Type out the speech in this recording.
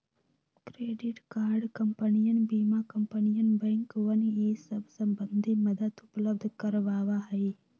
credit card कंपनियन बीमा कंपनियन बैंकवन ई सब संबंधी मदद उपलब्ध करवावा हई